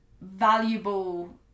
valuable